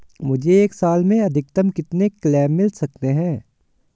मुझे एक साल में अधिकतम कितने क्लेम मिल सकते हैं?